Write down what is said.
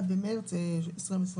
יבוא: 31 במרץ 2022